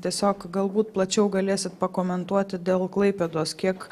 tiesiog galbūt plačiau galėsit pakomentuoti dėl klaipėdos kiek